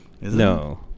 No